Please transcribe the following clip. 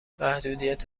محدودیت